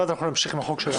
ואז נמשיך עם החוק שלנו.